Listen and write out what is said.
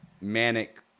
manic